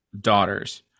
daughters